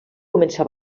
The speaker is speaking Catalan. començà